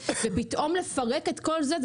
ופתאום לפרק את כל זה,